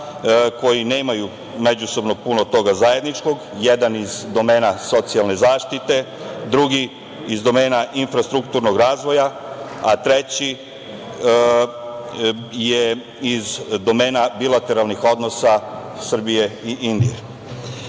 koji nemaju međusobno puno toga zajedničkog, jedan iz domena socijalne zaštite, drugi iz domena infrastrukturnog razvoja a treći je iz domena bilateralnih odnosa Srbije i Indije. Kada